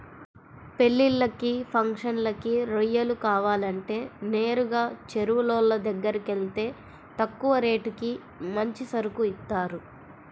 పెళ్ళిళ్ళకి, ఫంక్షన్లకి రొయ్యలు కావాలంటే నేరుగా చెరువులోళ్ళ దగ్గరకెళ్తే తక్కువ రేటుకి మంచి సరుకు ఇత్తారు